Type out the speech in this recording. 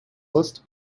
list